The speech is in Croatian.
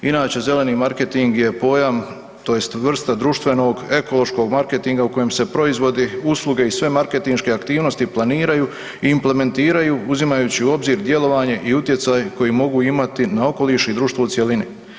Inače zeleni marketing je pojam tj. vrsta društvenog, ekološkog marketinga u kojem se proizvodi, usluge i sve marketinške aktivnosti planiraju i implementiraju uzimajući u obzir djelovanje i utjecaj koji mogu imati na okoliš i društvo u cjelini.